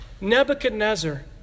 Nebuchadnezzar